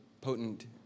potent